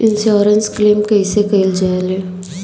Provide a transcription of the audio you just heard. Insurance claim कइसे कइल जा ले?